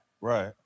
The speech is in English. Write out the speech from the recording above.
right